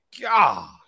God